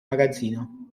magazzino